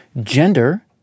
Gender